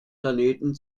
planeten